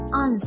on